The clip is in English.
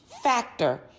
factor